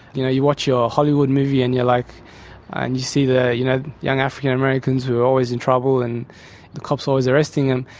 you know you watch your hollywood movie and like and you see the you know young african americans who are always in trouble, and the cops always arresting them,